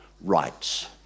rights